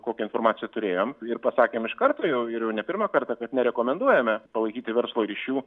kokią informaciją turėjom ir pasakėm iš karto jau ir jau ne pirmą kartą kad nerekomenduojame palaikyti verslo ryšių